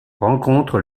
rencontre